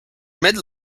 mid